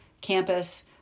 campus